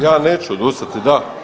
Ja neću odustati, da.